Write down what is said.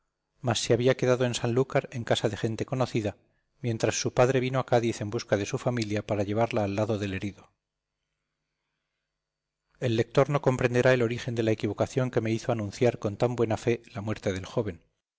mas se había quedado en sanlúcar en casa de gente conocida mientras su padre vino a cádiz en busca de su familia para llevarla al lado del herido el lector no comprenderá el origen de la equivocación que me hizo anunciar con tan buena fe la muerte del joven